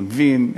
גונבים,